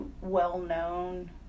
well-known